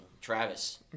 Travis